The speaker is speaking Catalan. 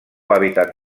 hàbitat